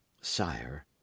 Sire